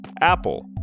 Apple